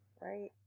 Right